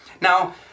Now